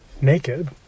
naked